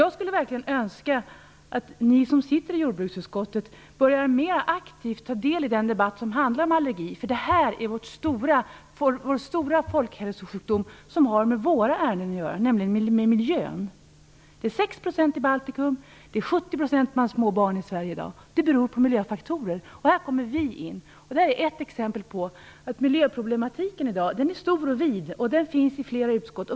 Jag skulle verkligen önska att ni andra som sitter i jordbruksutskottet började mer aktivt ta del i den debatt som handlar om allergi. Det här är vår stora folkhälsosjukdom, och den har med våra ärenden att göra, nämligen med miljön. Det är 6 % i Baltikum och det är 70 % av barnen i Sverige i dag som är allergiska. Det beror på miljöfaktorer, och här kommer vi in. Det här är ett exempel på att miljöproblematiken i dag är stor och vid, och den behandlas i flera utskott.